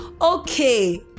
Okay